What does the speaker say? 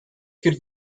could